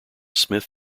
smith